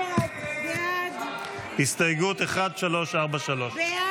הסתייגות 1343 לא נתקבלה.